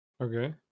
Okay